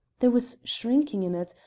there was shrinking in it,